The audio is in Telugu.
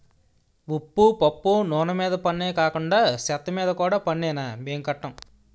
ఉప్పు పప్పు నూన మీద పన్నే కాకండా సెత్తమీద కూడా పన్నేనా మేం కట్టం